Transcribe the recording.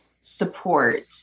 support